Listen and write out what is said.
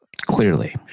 Clearly